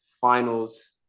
Finals